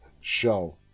show